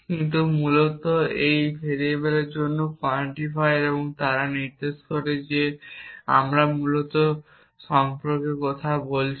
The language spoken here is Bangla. কিন্তু মূলত এইগুলি এখানে ভেরিয়েবলের জন্য quantifier এবং তারা নির্দেশ করে যে আমরা মূলত সম্পর্কে কথা বলছি